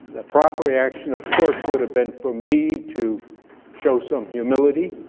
the proper reaction of course would have been for me to show some humility,